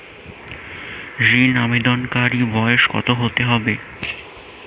ঋন আবেদনকারী বয়স কত হতে হবে?